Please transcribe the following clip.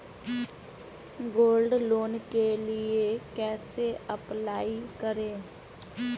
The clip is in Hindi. गोल्ड लोंन के लिए कैसे अप्लाई करें?